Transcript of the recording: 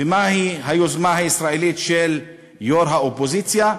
ומהי היוזמה הישראלית של יו"ר האופוזיציה?